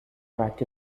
track